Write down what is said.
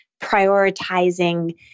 prioritizing